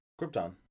Krypton